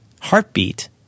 heartbeat